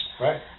Right